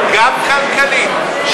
גם כלכלית,